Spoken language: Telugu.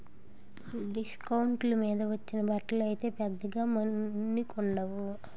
డిస్కౌంట్ల మీద వచ్చిన బట్టలు అయితే పెద్దగా మన్నికుండవు